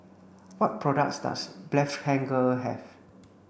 what products does Blephagel have